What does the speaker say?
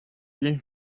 you